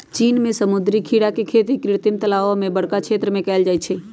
चीन में समुद्री खीरा के खेती कृत्रिम तालाओ में बरका क्षेत्र में कएल जाइ छइ